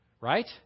right